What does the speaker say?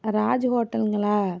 Raj ஹோட்டல்ங்களா